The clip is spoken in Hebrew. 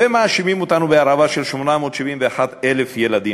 ומאשימים אותנו בהרעבה של 871,000 ילדים,